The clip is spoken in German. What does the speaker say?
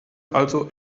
also